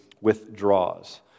withdraws